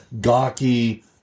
gawky